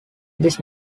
this